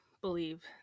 believe